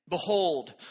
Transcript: Behold